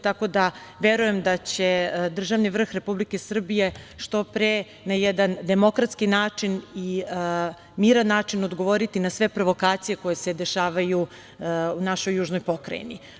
Tako da, verujem da će državni vrh Republike Srbije što pre, na jedan demokratski način i miran način, odgovoriti na sve provokacije koje se dešavaju u našoj južnoj pokrajini.